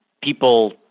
people